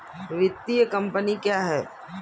वित्तीय कम्पनी क्या है?